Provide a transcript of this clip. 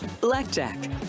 Blackjack